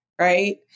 right